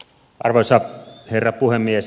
arvoisa herra puhemies